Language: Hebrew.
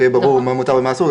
שיהיה ברור מה מותר ומה אסור,